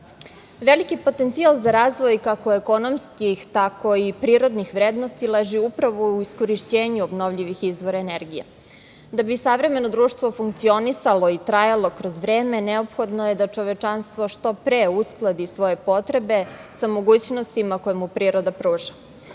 potencijal za razvoj, kako ekonomski, tako i prirodnih vrednosti leži upravo u iskorišćenju obnovljivih izvora energije. Da bi savremeno društvo funkcionisano i trajalo kroz vreme neophodno je da čovečanstvo što pre uskladi svoje potrebe sa mogućnostima koje mu priroda pruža. Glavna